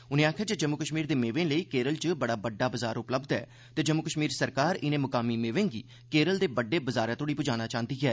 उनें आखेआ जे जम्मू कश्मीर दे मेवें लेई केरल च बड़ा बड़डा बजार उपलब्ध ऐ ते जम्मू कश्मीर सरकार इनें मुकामी मेवें गी केरल दे बड्डे बजारै तोह्ड़ी पुजाना चांह्दी ऐ